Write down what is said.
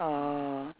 uh